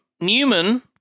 Newman